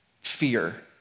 fear